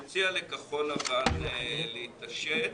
אני מציע לכחול-לבן להתעשת,